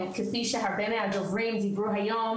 כפי שהרבה מהדוברים דיברו היום,